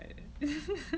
it